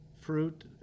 fruit